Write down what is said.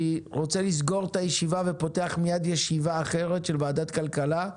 אני רוצה לסגור את הישיבה ואני פותח מיד ישיבה אחרת של ועדת כלכלה,